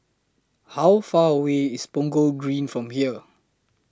How Far away IS Punggol Green from here